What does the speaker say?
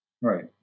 Right